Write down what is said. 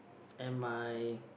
and my